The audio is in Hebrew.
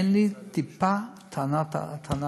אין לי טיפה טענה אליהם.